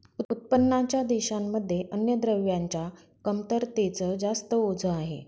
उत्पन्नाच्या देशांमध्ये अन्नद्रव्यांच्या कमतरतेच जास्त ओझ आहे